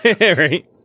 right